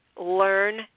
learn